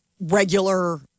regular